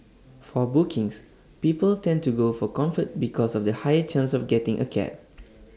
for bookings people tend to go for comfort because of the higher chance of getting A cab